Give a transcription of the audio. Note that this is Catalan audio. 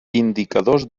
indicadors